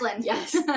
Yes